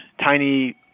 tiny